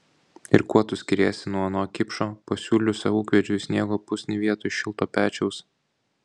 ir kuo tu skiriesi nuo ano kipšo pasiūliusio ūkvedžiui sniego pusnį vietoj šilto pečiaus